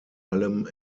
allem